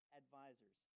advisors